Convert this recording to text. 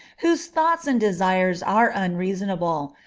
whose thoughts and desires are unreasonable,